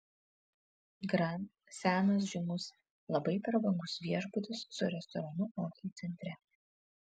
grand senas žymus labai prabangus viešbutis su restoranu oslo centre